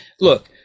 look